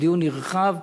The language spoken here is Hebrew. דיון נרחב,